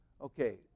Okay